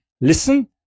listen